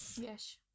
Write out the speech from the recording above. Yes